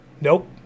Nope